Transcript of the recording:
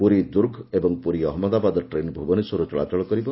ପୁରୀ ଦୁର୍ଗ ଏବଂ ପୁରୀ ଅହମ୍ମଦାବାଦ ଟ୍ରେନ ଭୁବନେଶ୍ୱରରୁ ଚଳାଚଳ କରିବ